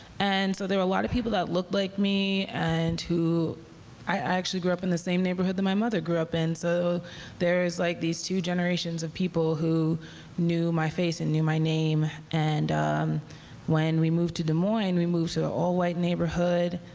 and so there were a lot of people that looked like me and who i actually grew up in the same neighborhood that my mother grew up in. so there's like these two generations of people who knew my face and knew my name. and when we moved to des moines, we moved to an all-white neighborhood.